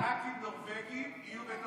דוד, תעשה מחקר כמה ח"כים נורבגים יהיו בתוך,